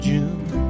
June